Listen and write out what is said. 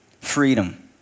freedom